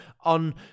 on